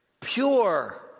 pure